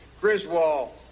Griswold